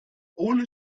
ohne